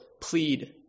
plead